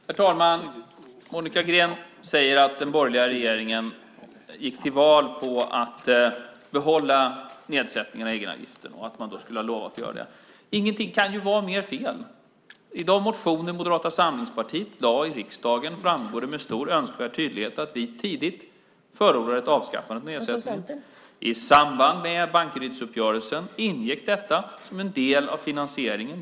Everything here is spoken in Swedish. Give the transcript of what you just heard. Herr talman! Monica Green säger att den borgerliga regeringen gick till val på att behålla nedsättningen i egenavgiften och att vi skulle ha lovat att göra det. Ingenting kan vara mer fel. I de motioner Moderata samlingspartiet väckte i riksdagen framgår med all önskvärd tydlighet att vi tidigt förordade ett avskaffande av nedsättningen. I samband med Bankerydsuppgörelsen ingick detta som en del av finansieringen.